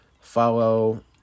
follow